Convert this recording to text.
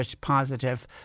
positive